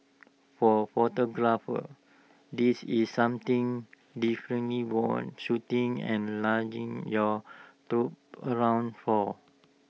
for photographers this is something definitely worth shooting and lugging your troop around for